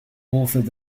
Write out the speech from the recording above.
authored